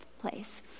place